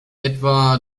etwa